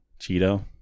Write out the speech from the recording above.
Cheeto